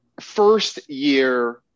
First-year